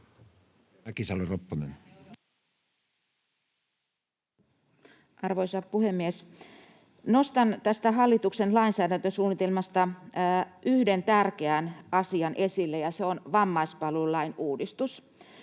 Arvoisa puhemies! Nostan tästä hallituksen lainsäädäntösuunnitelmasta esille yhden tärkeän asian, ja se on vammaispalvelulain uudistus.